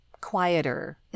quieter